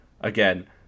again